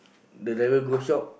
the driver close shop